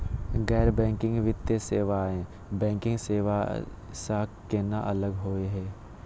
गैर बैंकिंग वित्तीय सेवाएं, बैंकिंग सेवा स केना अलग होई हे?